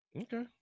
Okay